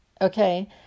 Okay